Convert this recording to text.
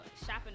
shopping